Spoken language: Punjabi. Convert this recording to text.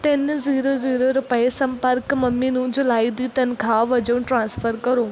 ਤਿੰਨ ਜ਼ੀਰੋ ਜ਼ੀਰੋ ਰੁਪਏ ਸੰਪਰਕ ਮੰਮੀ ਨੂੰ ਜੁਲਾਈ ਦੀ ਤਨਖਾਹ ਵਜੋਂ ਟ੍ਰਾਂਸਫਰ ਕਰੋ